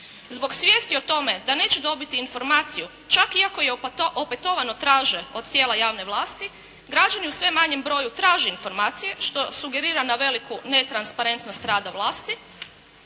zbog svijesti o tome da neće dobiti informaciju čak i ako je opetovano traže od tijela javne vlasti građani u sve manjem broju traže informacije što sugerira na veliku netransparentnost rada vlasti